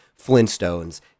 Flintstones